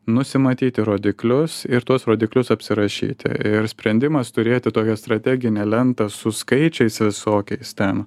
nusimatyti rodiklius ir tuos rodiklius apsirašyti ir sprendimas turėti tokią strateginę lentą su skaičiais visokiais ten